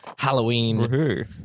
Halloween